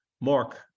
Mark